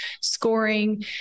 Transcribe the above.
scoring